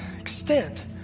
extent